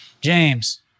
James